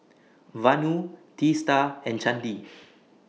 Vanu Teesta and Chandi